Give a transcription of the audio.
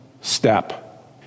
step